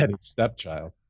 stepchild